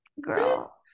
girl